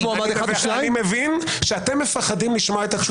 אני מבין שאתם מפחדים לשמוע את התשובה.